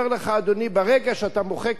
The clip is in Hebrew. ברגע שאתה מוחק את זה מהר,